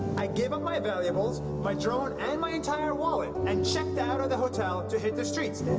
i gave up my valuables, my drone and my entire wallet and checked out of the hotel to hit the streets.